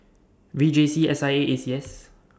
V J C S I A A C S